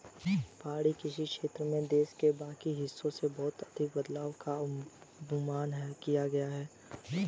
पहाड़ी कृषि क्षेत्र में देश के बाकी हिस्सों से बहुत अधिक बदलाव का अनुभव किया है